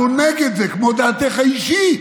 אנחנו נגד זה, כמו דעתך האישית?